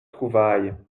trouvaille